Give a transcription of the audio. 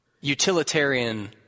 utilitarian